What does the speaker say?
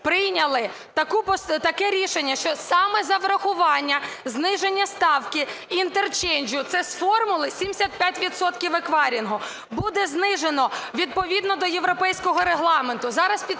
прийняли таке рішення, що саме за врахування зниження ставки інтерчейнджу, це з формули 75 відсотків еквайрингу, буде знижено відповідно до європейського регламенту.